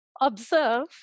observe